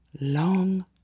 long